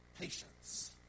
patience